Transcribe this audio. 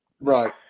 Right